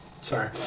sorry